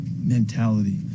mentality